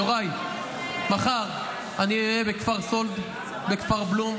יוראי, מחר אני אהיה בכפר סאלד, בכפר בלום.